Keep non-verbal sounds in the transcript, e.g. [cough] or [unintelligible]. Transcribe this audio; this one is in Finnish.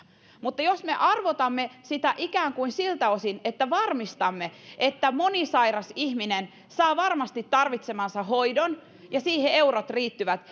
mutta jos me arvotamme sitä ikään kuin siltä osin että varmistamme että monisairas ihminen saa varmasti tarvitsemansa hoidon ja siihen eurot riittävät [unintelligible]